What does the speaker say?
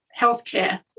healthcare